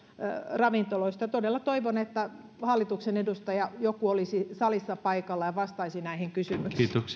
ravintoloista todella toivon että joku hallituksen edustaja olisi salissa paikalla ja vastaisi näihin kysymyksiin